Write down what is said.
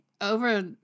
over